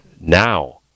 now